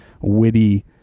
witty